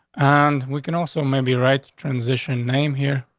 and we can also maybe right, transition name here.